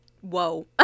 whoa